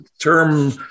term